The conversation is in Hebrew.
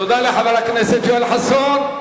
תודה לחבר הכנסת יואל חסון.